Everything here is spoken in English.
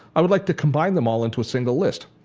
i would like to combine them all into a single list.